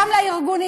גם לארגונים.